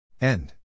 End